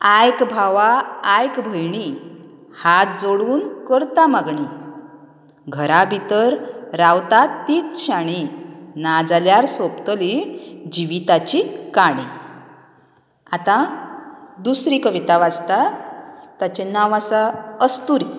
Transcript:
आयक भावा आयक भयणी हात जाडून करता मागणी घरा भितर रावता तिच शाणीं ना जाल्यार सोंपतली जिवीताचीच काणी आतां दुसरी कविता वाचतां ताचें नांव आसा अस्तुरी